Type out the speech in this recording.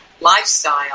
lifestyle